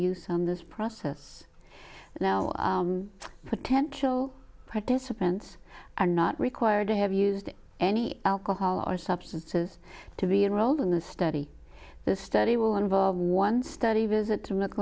use on this process now potential participants are not required to have used any alcohol or substances to be enrolled in the study the study will involve one study visit to